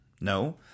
no